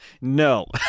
No